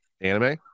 anime